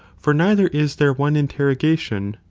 for neither is there one interrogation,